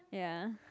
ya